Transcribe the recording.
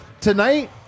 Tonight